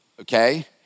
okay